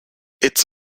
its